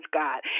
god